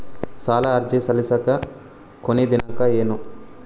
ಸಾಲ ಅರ್ಜಿ ಸಲ್ಲಿಸಲಿಕ ಕೊನಿ ದಿನಾಂಕ ಏನು?